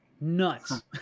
Nuts